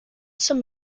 some